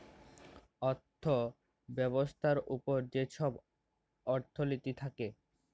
অথ্থ ব্যবস্থার উপর যে ছব অথ্থলিতি থ্যাকে